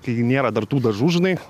kai nėra dar tų dažų žinai